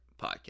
podcast